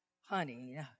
honey